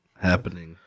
happening